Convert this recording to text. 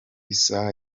isaha